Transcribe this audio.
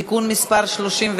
(תיקון),